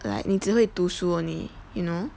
like 你只会读书 only you know